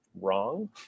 wrong